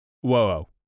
Whoa